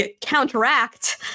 counteract